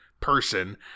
person